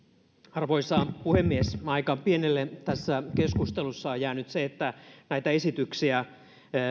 arvoisa puhemies aika pienelle tässä keskustelussa on jäänyt se että näitä esityksiä